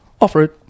off-road